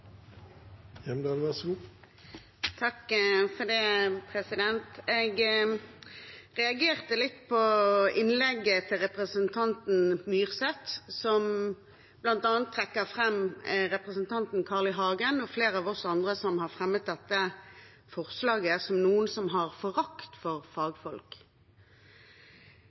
Jeg reagerte litt på innlegget til representanten Myrseth, som bl.a. trekker fram representanten Carl I. Hagen og flere av oss andre som har fremmet dette forslaget, som noen som har forakt for fagfolk.